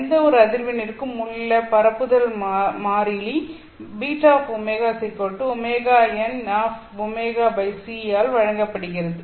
எந்தவொரு அதிர்வெண்ணிற்கும் உள்ள பரப்புதல் மாறிலி βωωnωc ஆல் வழங்கப்படுகிறது